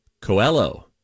coelho